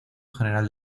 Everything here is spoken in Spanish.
general